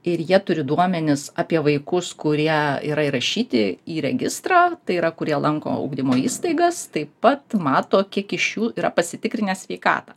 ir jie turi duomenis apie vaikus kurie yra įrašyti į registrą tai yra kurie lanko ugdymo įstaigas taip pat mato kiek iš jų yra pasitikrinę sveikatą